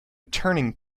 turning